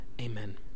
Amen